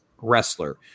wrestler